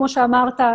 כמו שאמרת,